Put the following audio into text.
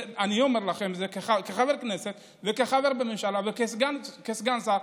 אני אומר לכם את זה כחבר כנסת וכחבר בממשלה וכסגן שר,